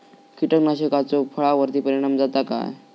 कीटकनाशकाचो फळावर्ती परिणाम जाता काय?